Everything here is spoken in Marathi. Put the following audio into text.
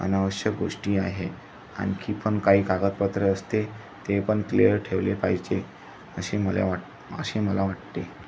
अनावश्यक गोष्टी आहे आणखी पण काही कागदपत्र असते ते पण क्लिअर ठेवले पाहिजे असे मले वाट असे मला वाटते